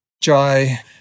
Jai